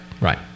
Right